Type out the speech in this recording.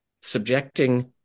subjecting